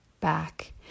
back